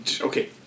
Okay